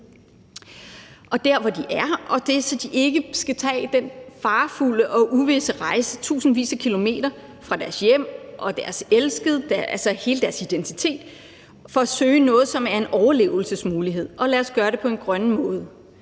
gode liv der, hvor de er, så de ikke skal tage den farefulde og uvisse rejse på tusindvis af kilometer væk fra deres hjem og deres elskede, altså hele deres identitet, for at søge noget, som er en overlevelsesmulighed. Og lad os gøre det på en grøn måde.